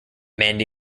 mandy